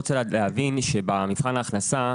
במבחן ההכנסה,